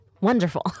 Wonderful